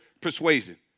persuasion